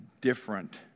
different